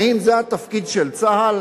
האם זה התפקיד של צה"ל?